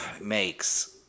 makes